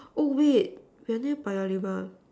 oh wait they're near Paya-Lebar